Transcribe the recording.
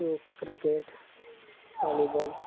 so cricket volleyball